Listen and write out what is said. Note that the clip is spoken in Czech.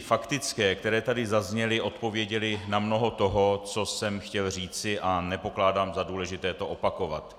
Faktické věci, které tady zazněly, odpověděly na mnoho toho, co jsem chtěl říci, a nepokládám za důležité to opakovat.